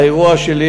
לאירוע שלי,